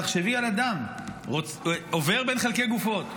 תחשבי על אדם שעובר בין חלקי גופות,